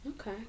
Okay